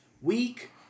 week